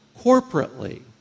corporately